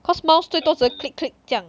cause mouse 最多只是 click click 这样